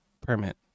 permit